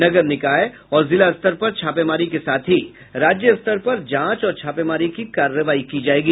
नगर निकाय और जिलास्तर पर छापेमारी के साथ ही राज्य स्तर पर जांच और छापेमारी की कार्रवाई की जायेगी